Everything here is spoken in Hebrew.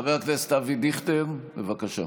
חבר הכנסת אבי דיכטר, בבקשה.